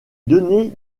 donnait